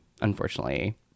unfortunately